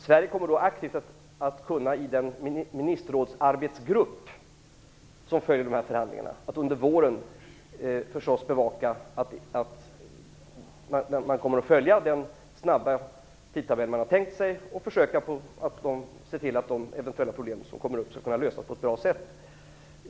Sverige kommer att aktivt i den ministerrådsarbetsgrupp som följer förhandlingarna under våren bevaka att den snabba tidtabellen följs och försöka lösa eventuella problem på ett bra sätt.